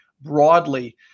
broadly